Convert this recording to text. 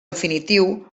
definitiu